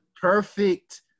perfect